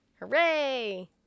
Hooray